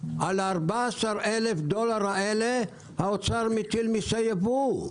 על 14,000 דולר האלה האוצר מטיל מסי ייבוא.